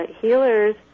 healers